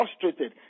frustrated